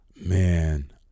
Man